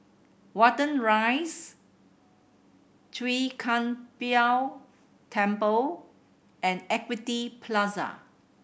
Watten Rise Chwee Kang Beo Temple and Equity Plaza